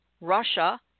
Russia